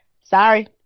sorry